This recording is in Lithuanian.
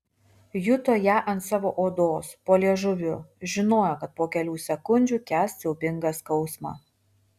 juto ją ant savo odos po liežuviu žinojo kad po kelių sekundžių kęs siaubingą skausmą